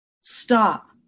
Stop